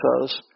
says